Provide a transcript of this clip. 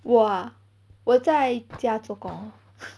我啊我在家做工